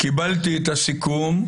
קיבלתי את הסיכום,